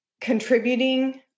contributing